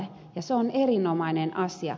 se on erinomainen asia